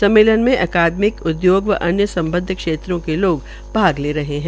सम्मेलन में अकादमिक उद्योग व अन्य सम्बध क्षेत्रों के लोग भाग ले रहे है